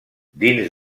dins